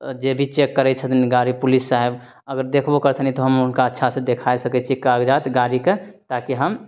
जे भी चेक करै छथिन गाड़ी पुलिस साहब अगर देखबो करथिन तऽ हम हुनका अच्छा सँ देखा सकै छी कागजात गाड़ीके ताकि हम